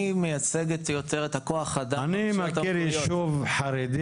אני מייצג יותר את כוח האדם --- אני מכיר ישוב חרדי